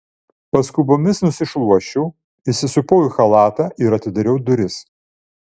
paskubomis nusišluosčiau įsisupau į chalatą ir atidariau duris